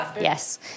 Yes